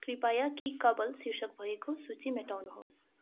कृपया किकबल शीर्षक भएको सूची मेटाउनुहोस्